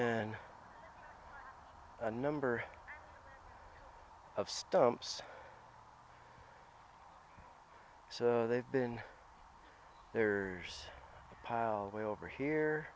then a number of stumps so they've been there a pile way over here